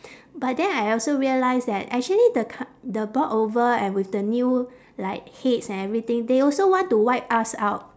but then I also realise that actually the c~ the bought over and with the new like heads and everything they also want to wipe us out